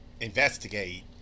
investigate